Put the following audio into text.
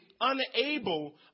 unable